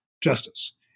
justice